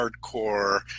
hardcore